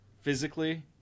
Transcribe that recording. physically